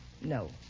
No